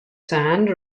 sand